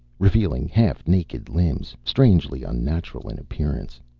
revealing half-naked limbs strangely unnatural in appearance.